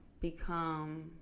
become